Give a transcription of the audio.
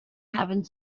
having